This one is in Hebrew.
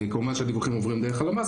כמובן שהדיווחים עוברים דרך הלמ"ס,